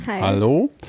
Hallo